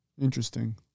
Interesting